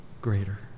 greater